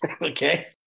Okay